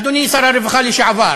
אדוני שר הרווחה לשעבר,